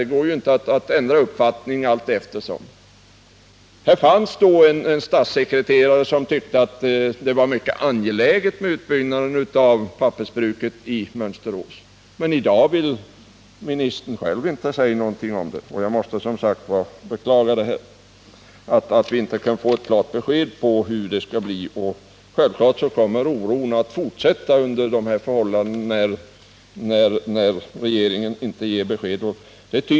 Det går inte an att ändra uppfattning allteftersom. Det fanns en statssekreterare som tyckte att det är mycket angeläget med utbyggnad av pappersbruket i Mönsterås, men i dag vill ministern själv inte säga något om det. Jag måste som sagt beklaga att vi inte kan få ett klart besked om hur det skall bli. Självfallet kommer oron att hålla i sig när regeringen inte ger besked.